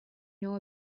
know